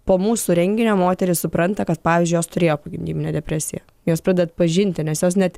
po mūsų renginio moteris supranta kad pavyzdžiui jos turėjo pogimdyminę depresiją jos pradeda atpažinti nes jos net